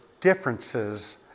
differences